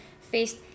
faced